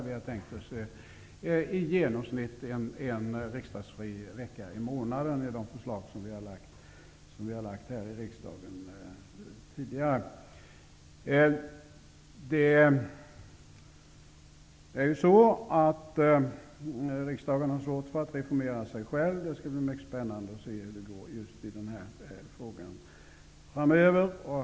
Vi har tänkt oss i genomsnitt en riksdagsfri vecka i månaden i de förslag som vi tidigare har lagt fram här i riksdagen. Riksdagen har svårt för att reformera sig själv. Det skall bli mycket spännande att se hur det går just i denna fråga framöver.